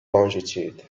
longitude